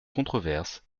controverse